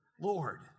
Lord